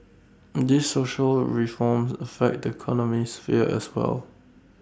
these social reforms affect the economic sphere as well